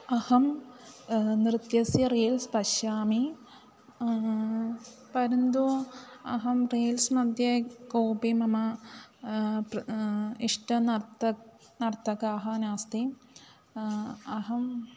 अहं नृत्यस्य रील्स् पश्यामि परन्तु अहं रील्स् मध्ये कोपि मम प्र इष्टनर्तकः नर्तकाः नास्ति अहं